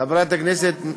חברת הכנסת,